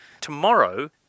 Tomorrow